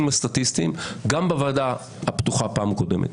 הסטטיסטיים גם בוועדה הפתוחה בפעם הקודמת.